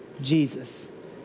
Jesus